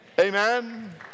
Amen